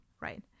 right